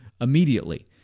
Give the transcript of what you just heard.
immediately